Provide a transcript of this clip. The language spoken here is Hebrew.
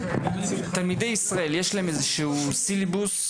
האם יש איזה שהוא סילבוס,